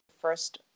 first